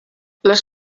les